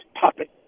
puppet